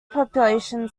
population